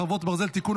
חרבות ברזל) (תיקון),